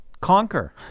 conquer